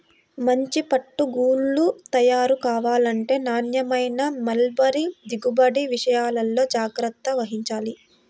మంచి పట్టు గూళ్ళు తయారు కావాలంటే నాణ్యమైన మల్బరీ దిగుబడి విషయాల్లో జాగ్రత్త వహించాలి